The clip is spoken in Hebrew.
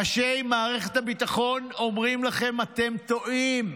ראשי מערכת הביטחון אומרים לכם: אתם טועים.